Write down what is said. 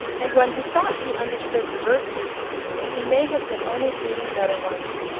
and when he thought he understood the verses he may have been only dreaming better ones.